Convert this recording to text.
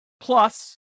Plus